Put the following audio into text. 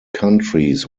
countries